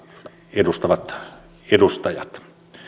edustamat edustajat